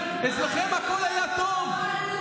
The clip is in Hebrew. עושים מעט.